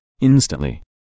instantly